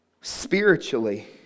spiritually